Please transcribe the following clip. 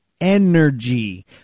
energy